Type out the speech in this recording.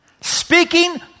speaking